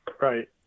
Right